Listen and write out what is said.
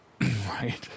Right